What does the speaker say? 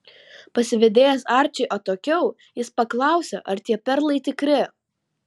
pasivedėjęs arčį atokiau jis paklausė ar tie perlai tikri